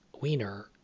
wiener